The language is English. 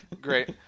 Great